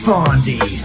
Fondy